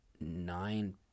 nine